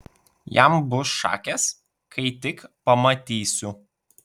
jam bus šakės kai tik pamatysiu